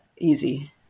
easy